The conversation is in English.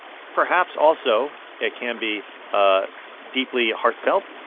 perhaps, also it can be ah deeply heartfelt.